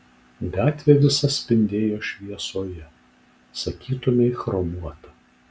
gatvė visa spindėjo šviesoje sakytumei chromuota